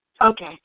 Okay